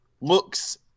looks